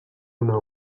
una